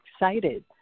excited